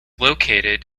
located